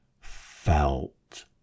felt